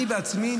אני בעצמי,